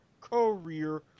career